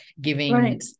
giving